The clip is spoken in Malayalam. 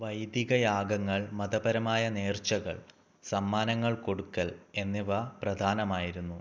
വൈദിക യാഗങ്ങൾ മതപരമായ നേർച്ചകൾ സമ്മാനങ്ങൾ കൊടുക്കൽ എന്നിവ പ്രധാനമായിരുന്നു